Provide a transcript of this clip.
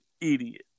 idiot